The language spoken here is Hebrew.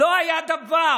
לא היה דבר.